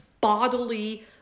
bodily